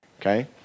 Okay